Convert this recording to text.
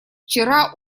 вчера